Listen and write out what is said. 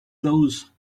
those